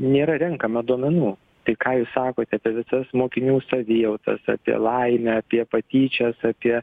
nėra renkama duomenų tai ką jūs sakote apie visas mokinių savijautas apie laimę apie patyčias apie